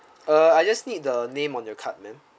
uh I just need the name on your card ma'am